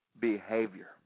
behavior